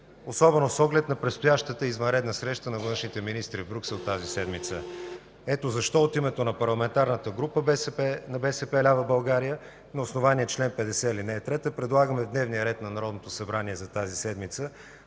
особено с оглед на предстоящата извънредна среща на външните министри в Брюксел тази седмица. Ето защо от името на Парламентарната група на БСП лява България на основание чл. 50, ал. 3 предлагаме в дневния ред на Народното събрание за тази седмица